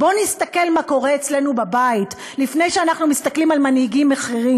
בואו נסתכל מה קורה אצלנו בבית לפני שאנחנו מסתכלים על מנהיגים אחרים.